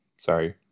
Sorry